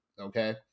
Okay